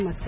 नमस्कार